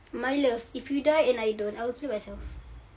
my love if you die and I don't I will kill myself